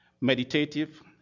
meditative